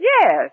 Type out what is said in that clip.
Yes